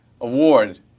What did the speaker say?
Award